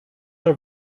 are